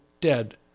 dead